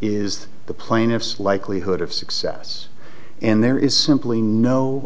is the plaintiffs likelihood of success in there is simply no